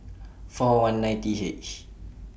four one nine T H